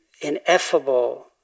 ineffable